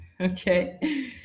okay